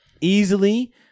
easily